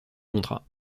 contrat